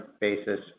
basis